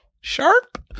sharp